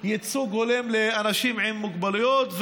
ייצוג הולם לאנשים עם מוגבלויות,